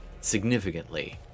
significantly